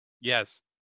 Yes